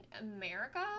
America